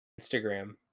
Instagram